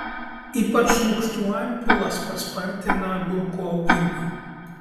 ypač lukštų antpilas paspartina agurkų augimą